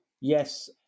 yes